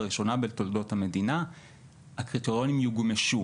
לראשונה בתולדות המדינה הקריטריונים יוגמשו.